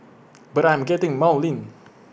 but I am getting maudlin